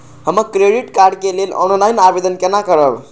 हम credit card के लेल ऑनलाइन आवेदन केना करब?